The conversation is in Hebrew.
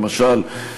למשל,